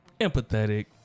Empathetic